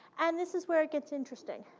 and this is where it gets interesting.